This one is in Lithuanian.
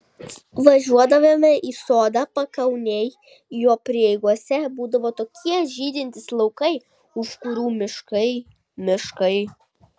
važiuodavome į sodą pakaunėj jo prieigose būdavo tokie žydintys laukai už kurių miškai miškai